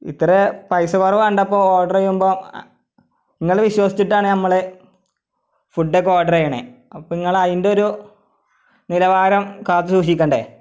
ഇത്ര പൈസ കുറവ് കണ്ടപ്പോൾ ഓഡർ ചെയ്യുമ്പം നിങ്ങളെ വിശ്വസിച്ചിട്ടാണ് നമ്മൾ ഫുഡ്ഡൊക്കെ ഓഡർ ചെയ്യണേ അപ്പം നിങ്ങൾ അതിൻ്റെ ഒരു നിലവാരം കാത്തുസൂക്ഷിക്കണ്ടെ